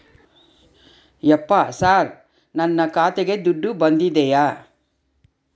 ಯಪ್ಪ ಸರ್ ನನ್ನ ಖಾತೆಗೆ ದುಡ್ಡು ಬಂದಿದೆಯ?